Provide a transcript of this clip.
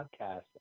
podcast